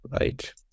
Right